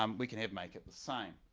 um we, can have make it the same.